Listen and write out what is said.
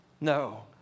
No